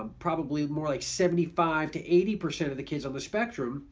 um probably more like seventy five to eighty percent of the kids on the spectrum